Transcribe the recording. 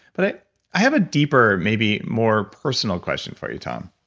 but i i have a deeper, maybe more personal question for you, tom.